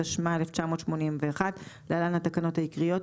התשמ"א-1981 (להלן התקנות העיקריות),